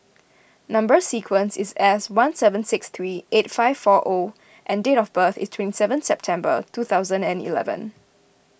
Number Sequence is S one seven six three eight five four O and date of birth is twenty seven September two thousand and eleven